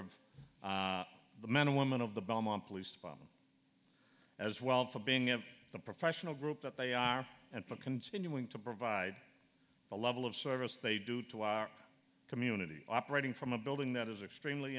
of the men and women of the belmont pleased as well for being the professional group that they are and for continuing to provide the level of service they do to our community operating from a building that is extremely